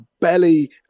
belly